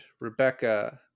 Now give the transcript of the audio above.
Rebecca